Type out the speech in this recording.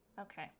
Okay